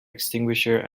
extinguisher